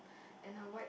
and a white